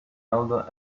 elder